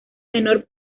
menor